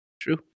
true